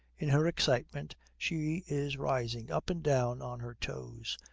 in her excitement she is rising up and down on her toes.